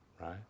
right